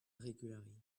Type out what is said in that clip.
regularly